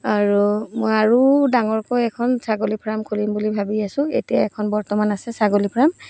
আৰু মই আৰু ডাঙৰকৈ এখন ছাগলী ফাৰ্ম খুলিম বুলি ভাবি আছো এতিয়া এখন বৰ্তমান আছে ছাগলী ফাৰ্ম